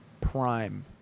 prime